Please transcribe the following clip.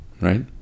Right